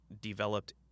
developed